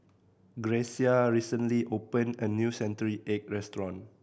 Grecia recently opened a new century egg restaurant